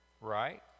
right